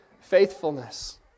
faithfulness